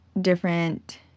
different